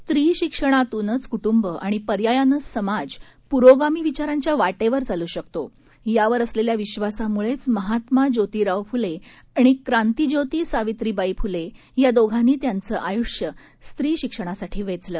स्त्री शिक्षणातूनच कुट्टंब आणि पर्यायाने समाज प्रोगामी विचारांच्या वाटेवर चालू शकतो यावर असलेल्या विश्वासामुळेच महात्मा जोतिराव फुले आणि क्रांतीज्योती सावित्रीबाई फुले या दोघांनी त्याचं आयुष्य स्त्री शिक्षणासाठी वेचलं